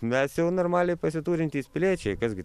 mes jau normaliai pasiturintys piliečiai kas gi